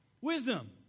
Wisdom